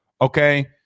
okay